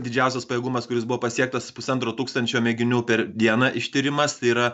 didžiausias pajėgumas kuris buvo pasiektas pusantro tūkstančio mėginių per dieną ištyrimas tai yra